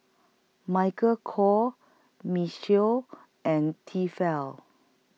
Michael Kors Michelle and Tefal